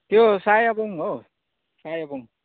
त्यो सायाबुङ हो सायाबुङ